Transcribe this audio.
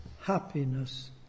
happiness